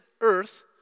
earth